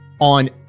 on